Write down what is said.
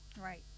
right